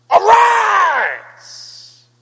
arise